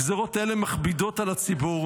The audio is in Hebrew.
הגזרות האלה מכבידות על הציבור,